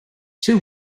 two